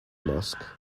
mask